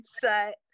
set